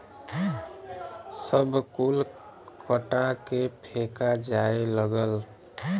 सब कुल कटा के फेका जाए लगल